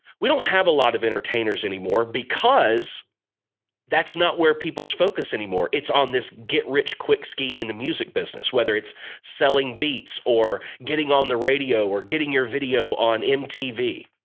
we don't have a lot of entertainers anymore because that's not where people's focus anymore it's on this get-rich-quick scheme in the music business whether it's selling beats or getting on the radio or getting your video on mtv